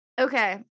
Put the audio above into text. Okay